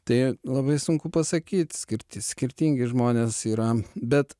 tai labai sunku pasakyt skirti skirtingi žmonės yra bet